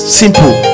simple